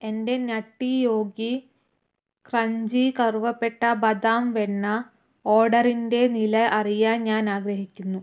എന്റെ nutty Yogi crunchy കറുവാപ്പട്ട ബദാം വെണ്ണ ഓർഡറിന്റെ നില അറിയാൻ ഞാൻ ആഗ്രഹിക്കുന്നു